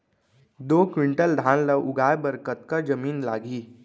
दो क्विंटल धान ला उगाए बर कतका जमीन लागही?